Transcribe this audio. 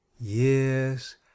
yes